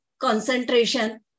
concentration